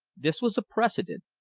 this was a precedent.